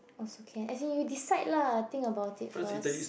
also can as in you decide lah think about it first